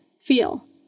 feel